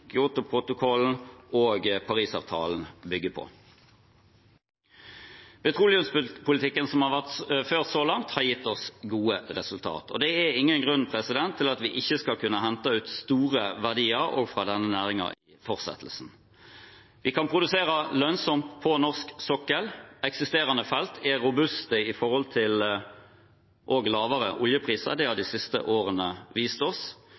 og Parisavtalen på. Petroleumspolitikken som har vært ført så langt, har gitt oss gode resultat, og det er ingen grunn til at vi ikke skal kunne hente ut store verdier også fra denne næringen i fortsettelsen. Vi kan produsere lønnsomt på norsk sokkel, eksisterende felt er robuste også med tanke på lavere oljepriser – det har de siste årene vist oss.